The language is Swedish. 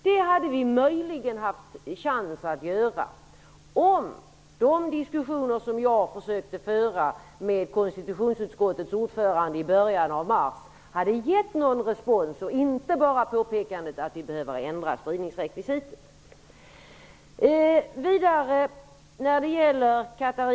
Det hade vi möjligen haft en chans att göra om de diskussioner som jag försökte föra med konstitutionsutskottets ordförande i början av mars hade gett någon respons och inte bara lett till påpekandet att spridningsrekvisitet behöver ändras.